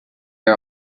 are